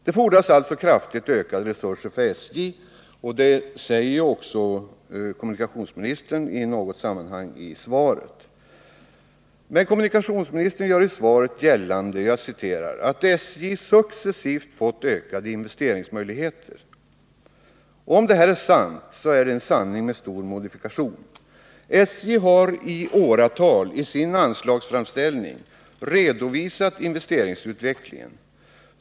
Det fordras alltså kraftigt ökade resurser för SJ, och det säger kommunikationsministern i något sammanhang i svaret. Men han gör också gällande ”att SJ successivt fått ökade investeringsmöjligheter”. Om detta är sant är det en sanning med stor modifikation. SJ har i åratal i sin anslagsframställning redovisat investeringsutvecklingen.